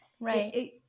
right